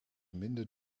minder